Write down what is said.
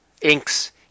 inks